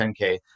10k